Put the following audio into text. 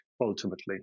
ultimately